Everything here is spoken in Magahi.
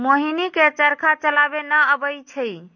मोहिनी के चरखा चलावे न अबई छई